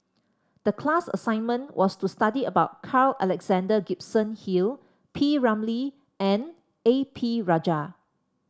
the class assignment was to study about Carl Alexander Gibson Hill P Ramlee and A P Rajah